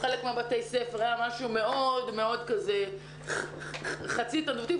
חלק מבתי הספר היה משהו מאוד מאוד כזה חצי התנדבותי,